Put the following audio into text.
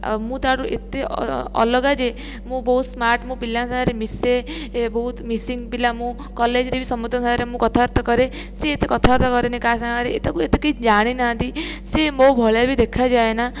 ଆଉ ମୁଁ ତା'ଠାରୁ ଏତେ ଅଲଗା ଯେ ମୁଁ ବହୁତ ସ୍ମାର୍ଟ ମୁଁ ପିଲାଙ୍କ ସାଙ୍ଗରେ ମିଶେ ଏ ବହୁତ ମିକ୍ଶିଙ୍ଗ ପିଲା ମୁଁ କଲେଜରେ ବି ସମସ୍ତଙ୍କ ସାଙ୍ଗରେ ମୁଁ କଥାବାର୍ତ୍ତା କରେ ସିଏ ଏତେ କଥାବାର୍ତ୍ତା କରେନି କାହା ସଙ୍ଗରେ ଏ ତାକୁ ଏତେ କେହି ଜାଣିନାହାନ୍ତି ସିଏ ମୋ ଭଳିଆ ବି ଦେଖାଯାଏନା